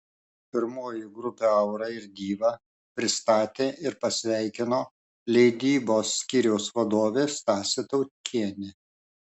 pirmoji grupę aura ir diva pristatė ir pasveikino leidybos skyriaus vadovė stasė tautkienė